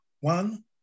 One